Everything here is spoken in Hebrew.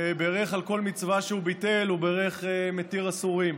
ועל כל מצווה שהוא ביטל הוא בירך "מתיר אסורים".